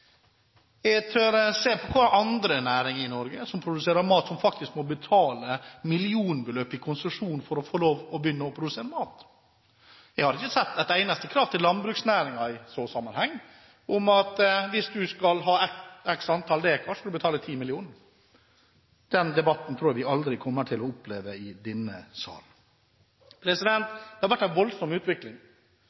Jeg tør se hvilke andre næringer i Norge som produserer mat, som faktisk må betale millionbeløp i konsesjon for å få lov til å begynne å produsere mat. Jeg har ikke sett et eneste krav til landbruksnæringen i den sammenheng om at hvis du skal ha x antall dekar, skal du betale 10 mill. kr. Den debatten tror jeg vi aldri kommer til å oppleve i denne sal. Det har vært en voldsom utvikling